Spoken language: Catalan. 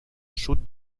sud